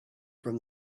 from